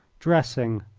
dressing,